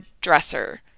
Dresser